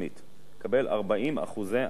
הוא יקבל 40% הנחה,